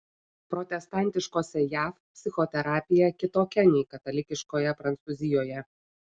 protestantiškose jav psichoterapija kitokia nei katalikiškoje prancūzijoje